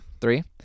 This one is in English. Three